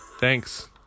Thanks